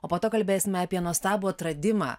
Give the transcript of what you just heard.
o po to kalbėsime apie nuostabų atradimą